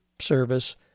service